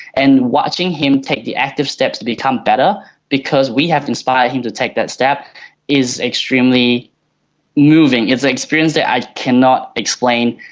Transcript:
and watching him take the active steps to become better because we had inspired him to take that step is extremely moving. it's an experience that i cannot explain,